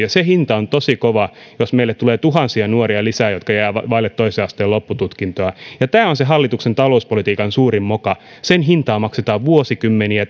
se hinta on tosi kova jos meille tulee tuhansia nuoria lisää jotka jäävät vaille toisen asteen loppututkintoa tämä on se hallituksen talouspolitiikan suurin moka sen hintaa maksetaan vuosikymmeniä